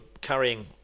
carrying